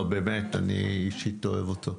אישית, אני אוהב אותו.